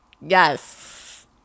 Yes